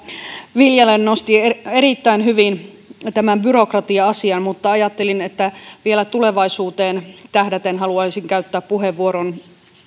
viljanen nosti erittäin hyvin tämän byrokratia asian mutta ajattelin että vielä tulevaisuuteen tähdäten haluaisin käyttää puheenvuoron